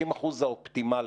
60% זה האופטימלי,